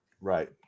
Right